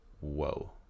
whoa